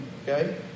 Okay